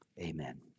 Amen